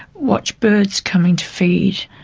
watch birds coming to feed,